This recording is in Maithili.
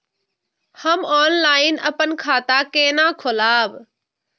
हम ऑनलाइन अपन खाता केना खोलाब?